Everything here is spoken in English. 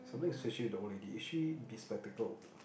something is fishy with the old lady is she bespectacled